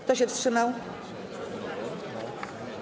Kto się wstrzymał?